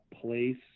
place